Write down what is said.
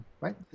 Right